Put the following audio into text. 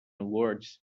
words